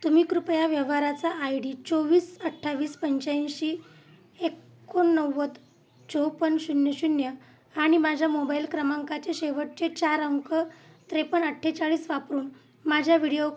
तुम्ही कृपया व्यवहाराचा आय डी चोवीस अठ्ठावीस पंचाऐंशी एकोणनव्वद चोपन्न शून्य शून्य आणि माझ्या मोबाइल क्रमांकाचे शेवटचे चार अंक त्रेपन्न अठ्ठेचाळीस वापरून माझ्या व्हिडिओ